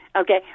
Okay